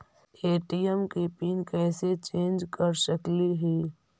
ATM के PIN कैसे change कर सकली ही?